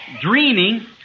dreaming